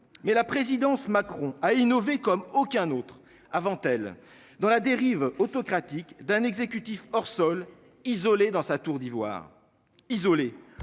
mais la présidence Macron à innover comme aucun autre avant. Dans la dérive autocratique d'un exécutif hors-sol isolée dans sa tour d'ivoire isolé